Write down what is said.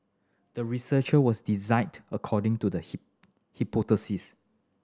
the research was designed according to the hypothesis